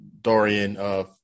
Dorian